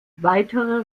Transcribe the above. weitere